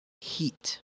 Heat